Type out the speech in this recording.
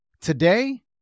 Today